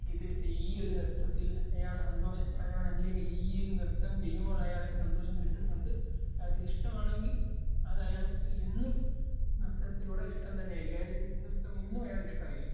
ഇത് ചെയ്യ് ഒരു നൃത്തത്തിൽ അയാൾ സന്തോഷവാനാണല്ലേ ഈ ഒരു നൃത്തം ചെയ്യുമ്പോൾ അയാൾക്ക് സന്തോഷം കിട്ടുന്നുണ്ട് അയാൾക്കത് ഇഷ്ടമാണെങ്കിൽ അത് അയാൾക്ക് എന്നും നൃത്തത്തിലൂടെ ഇഷ്ടം തന്നെയായിരിക്കും നൃത്തം എന്നും അയാൾക്ക് ഇഷ്ടമായിരിക്കും